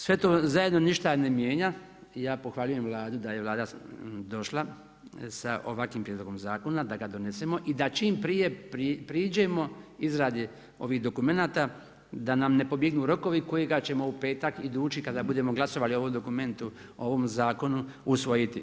Sve to zajedno ništa ne mijenja i ja pohvaljujem Vladu, da je Vlada došla sa ovakvim prijedlogom zakona da ga donesemo i da čim prije priđemo izradi ovih dokumenata da nam ne pobjegnu rokovi kojega ćemo u petak odlučiti kada budemo glasali o ovom dokumentu ovom zakonu usvojiti.